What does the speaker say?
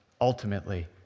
ultimately